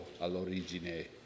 all'origine